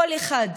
כל אחד,